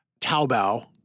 Taobao